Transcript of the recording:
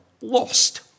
lost